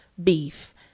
Beef